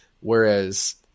Whereas